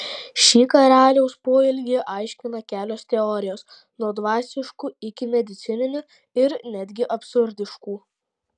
šį karaliaus poelgį aiškina kelios teorijos nuo dvasiškų iki medicininių ir netgi absurdiškų